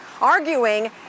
arguing